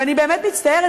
ואני באמת מצטערת,